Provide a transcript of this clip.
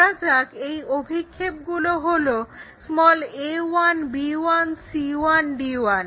ধরা যাক এই অভিক্ষেপগুলো হলো a1 b1 c1 d1